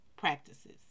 Practices